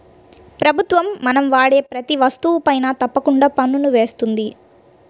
ప్రభుత్వం మనం వాడే ప్రతీ వస్తువుపైనా తప్పకుండా పన్నుని వేస్తుంది